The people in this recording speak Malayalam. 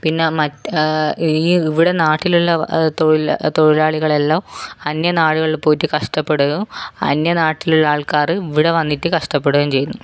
പിന്നെ മറ്റേ ഈ ഇവിടെ നാട്ടിലുള്ള തൊഴില് തൊഴിലാളികളെല്ലാം അന്യനാടുകളിൽ പോയിട്ട് കഷ്ടപ്പെടുകയും അന്യനാട്ടിലുള്ള ആൾക്കാര് ഇവിടെ വന്നിട്ട് കഷ്ടപ്പെടുകയും ചെയ്യുന്നു